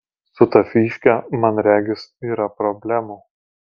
su ta fyške man regis yra problemų